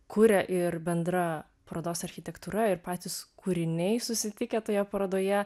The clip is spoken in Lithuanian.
kuria ir bendra parodos architektūra ir patys kūriniai susitikę toje parodoje